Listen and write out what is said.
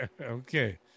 Okay